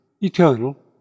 eternal